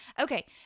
Okay